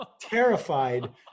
terrified